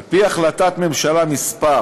על-פי החלטת ממשלה מס'